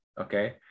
okay